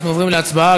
אנחנו עוברים להצבעה.